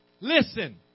Listen